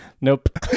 nope